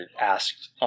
asked